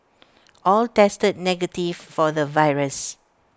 all tested negative for the virus